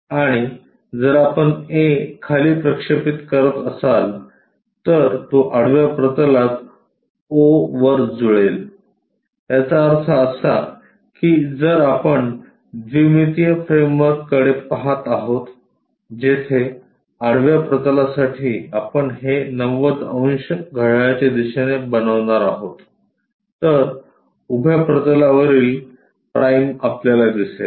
आणि जर आपण a खाली प्रक्षेपित करत असाल तर तो आडव्या प्रतलात o वर जुळेल याचा अर्थ असा की जर आपण द्विमितीय फ्रेमवर्क कडे पहात आहोतजेथे आडव्या प्रतलासाठी आपण हे 90 अंश घड्याळाच्या दिशेने बनवणार आहोत तर उभ्या प्रतलावरील ' आपल्याला दिसेल